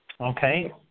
Okay